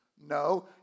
No